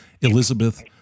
Elizabeth